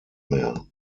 mehr